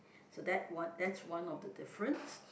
so that one that's one of the difference